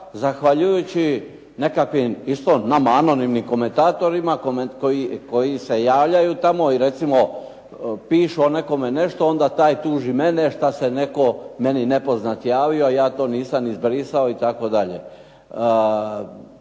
zahvaljujući nekakvim isto nama anonimnim komentatorima koji se javljaju tamo i recimo pišu o nekome nešto. Onda taj tuži mene šta se netko meni nepoznat javio, a ja to nisam izbrisao itd.